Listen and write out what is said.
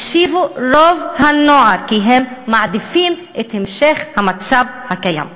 השיבו רוב הנוער כי הם מעדיפים את המשך המצב הקיים.